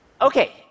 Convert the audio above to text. Okay